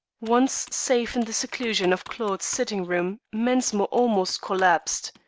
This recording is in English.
once safe in the seclusion of claude's sitting-room mensmore almost collapsed.